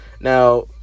Now